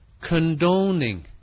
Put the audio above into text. condoning